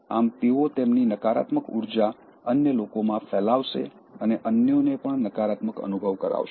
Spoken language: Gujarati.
આમ તેઓ તેમની નકારાત્મક ઉર્જા અન્ય લોકોમાં ફેલાવશે અને અન્યોને પણ નકારાત્મક અનુભવ કરાવશે